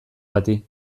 bati